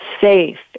safe